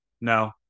No